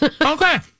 Okay